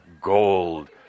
gold